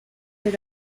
fais